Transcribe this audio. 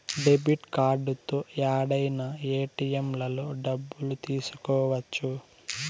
debit కార్డుతో యాడైనా ఏటిఎంలలో డబ్బులు తీసుకోవచ్చు